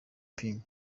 ping